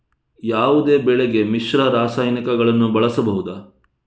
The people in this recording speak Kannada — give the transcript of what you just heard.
ಯಾವುದೇ ಬೆಳೆಗೆ ಮಿಶ್ರ ರಾಸಾಯನಿಕಗಳನ್ನು ಬಳಸಬಹುದಾ?